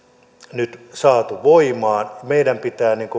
nyt saatu voimaan meidän pitää